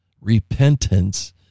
repentance